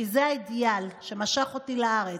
כי זה האידיאל שמשך אותי לארץ,